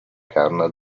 canna